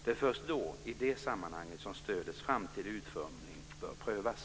Det är först då, i det sammanhanget, som stödets framtida utformning bör prövas.